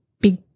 big